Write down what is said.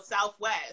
Southwest